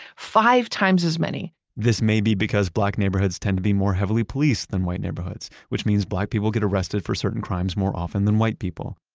five times as many this may be because black neighborhoods tend to be more heavily policed than white neighborhoods, which means black people get arrested for certain crimes more often than white people.